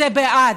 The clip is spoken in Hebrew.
זה בעד,